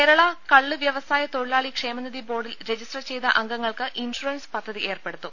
കേരള കള്ള് വ്യവസായ തൊഴിലാളി ക്ഷേമനിധി ബോർഡിൽ രജി സ്റ്റർ ചെയ്ത അംഗങ്ങൾക്ക് ഇൻഷൂറൻസ് പദ്ധതി ഏർപ്പെടുത്തും